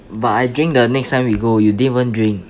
but I drink the next time we go you didn't even drink